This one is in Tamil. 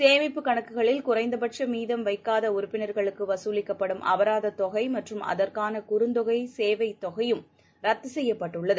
சேமிப்புக் கணக்குகளில் குறைந்தபட்சமீதம் வைக்காதஉறுப்பினர்களுக்குவசூலிக்கப்படும் அபராதத் தொகைமற்றும் அகுற்கானகுறுந்தொகைசேவைத் தொகையும் ரத்துசெய்யப்பட்டுள்ளது